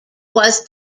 was